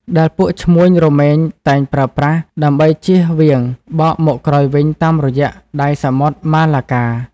ដែលពួកឈ្មួញរមែងតែប្រើប្រាស់ ដើម្បីចៀសវាងបកមកក្រោយវិញតាមរយៈ ដៃសមុទ្រ ម៉ាឡាកា។